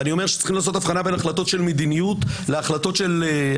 ואני אומר שצריך לעשות הבחנה בין החלטות של מדיניות להחלטות פרטניות,